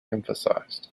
emphasized